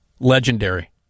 Legendary